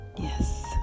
yes